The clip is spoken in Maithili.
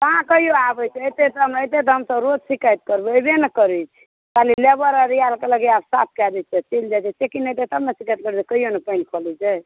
कहाँ कहियो आबैत छै अयतै तहन तऽ हम रोज शिकायत करबै अयबे नहि करैत छै खाली लेबर अओरी आयल कहलक इएह साफ कै दय छी आओर चलि जाइत छै चेकिङ्ग एतै तब ने शिकायत करबै की कहियो नहि पानि चलैत छै